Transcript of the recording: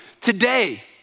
today